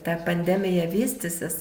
ta pandemija vystysis